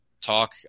talk